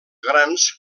grans